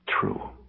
true